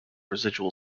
residual